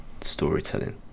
storytelling